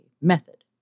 method